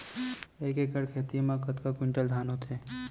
एक एकड़ खेत मा कतका क्विंटल धान होथे?